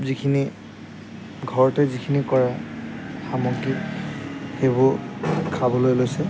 যিখিনি ঘৰতে যিখিনি কৰা সামগ্ৰী সেইবোৰ খাবলৈ লৈছে